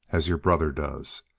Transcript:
as your brother does.